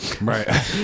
Right